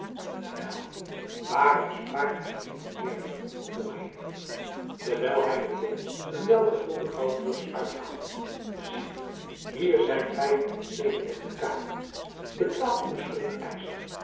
wel waarom spraakt gy niet eerder vroeg heenvliet terwijl hy met-een een welgevulde goudbeur s uithaalde zie hier zijn vijf-en-zeventig dukaten betaal uw